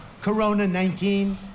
Corona-19